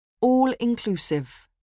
All-inclusive